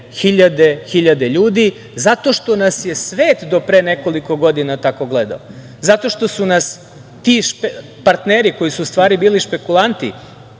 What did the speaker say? hiljade, hiljade ljudi. Zato što nas je svet do pre nekoliko godina tako gledao, zato što su nas ti partneri što su u stvari bili špekulanti